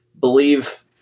believe